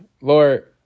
Lord